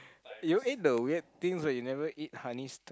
you ate the weird things but you never eat honey stars